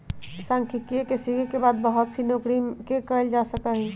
सांख्यिकी के सीखे के बाद बहुत सी नौकरि के कइल जा सका हई